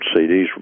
cds